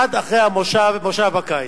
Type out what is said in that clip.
עד אחרי פגרת הקיץ.